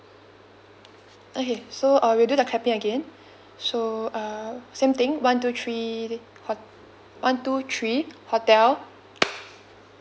okay so uh we'll do the clapping again so err same thing one two three hot~ one two three hotel